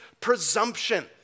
presumption